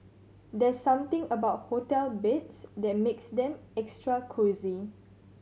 there's something about hotel beds that makes them extra cosy